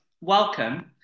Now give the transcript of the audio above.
welcome